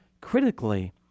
critically